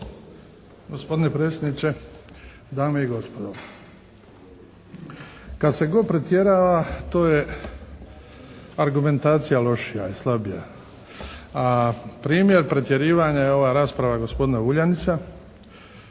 Gospodine predsjedniče, dame i gospodo. Kad se god pretjerava to je argumentacija lošija i slabija. A primjer pretjerivanja je ova rasprava gospodina Vuljanića